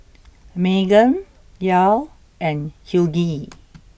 Meghann Yael and Hughie